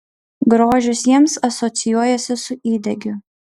grožis jiems asocijuojasi su įdegiu